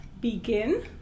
begin